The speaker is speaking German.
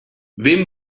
wem